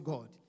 God